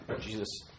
Jesus